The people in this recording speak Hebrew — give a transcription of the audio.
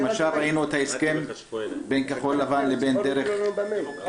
למשל ראינו את ההסכם בין כחול לבן לבין דרך ארץ,